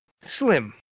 Slim